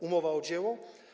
Umowa o dzieło.